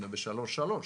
היינו ב-3.3,